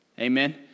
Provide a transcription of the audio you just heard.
Amen